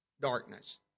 Darkness